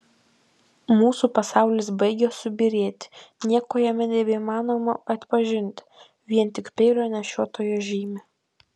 mūsų pasaulis baigia subyrėti nieko jame nebeįmanoma atpažinti vien tik peilio nešiotojo žymę